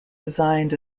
designed